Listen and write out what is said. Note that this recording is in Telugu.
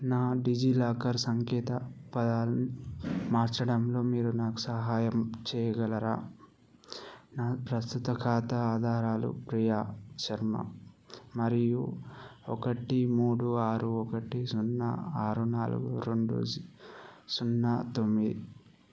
నా డిజిలాకర్ సంకేత పదాలు మార్చడంలో మీరు నాకు సహాయం చేయగలరా నా ప్రస్తుత ఖాతా ఆధారాలు ప్రియా శర్మ మరియు ఒకటి మూడు ఆరు ఒకటి సున్నా ఆరు నాలుగు రెండు సున్నా తొమ్మిది